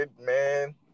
man